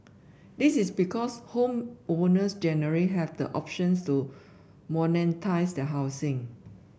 this is because homeowners generally have the options to monetise their housing